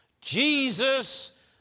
Jesus